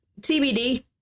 TBD